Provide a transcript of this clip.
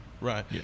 Right